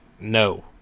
no